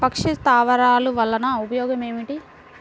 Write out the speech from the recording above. పక్షి స్థావరాలు వలన ఉపయోగం ఏమిటి?